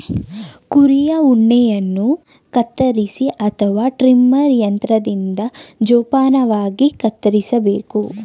ಕುರಿಯ ಉಣ್ಣೆಯನ್ನು ಕತ್ತರಿ ಅಥವಾ ಟ್ರಿಮರ್ ಯಂತ್ರದಿಂದ ಜೋಪಾನವಾಗಿ ಕತ್ತರಿಸಬೇಕು